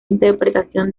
interpretación